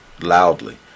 loudly